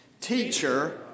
Teacher